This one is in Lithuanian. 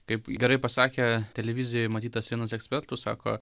kaip gerai pasakė televizijoj matytas vienas ekspertų sako